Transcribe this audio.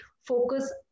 Focus